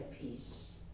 peace